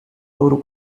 louro